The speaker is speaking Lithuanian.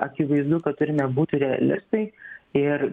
akivaizdu kad turime būti realistai ir